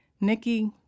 Nikki